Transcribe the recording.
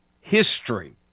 history